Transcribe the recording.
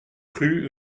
crus